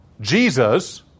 Jesus